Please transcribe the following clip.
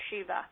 Shiva